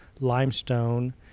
limestone